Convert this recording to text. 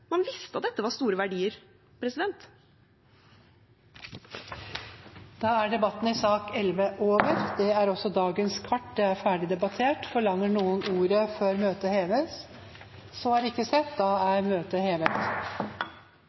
Man visste at dette var store verdier. Flere har ikke bedt om ordet til sak nr. 11. Dagens kart er ferdig debattert. Forlanger noen ordet før